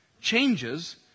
changes